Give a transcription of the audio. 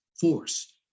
force